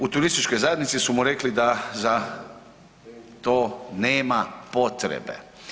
U turističkoj zajednici su mu rekli da za to nema potrebe.